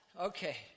Okay